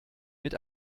mit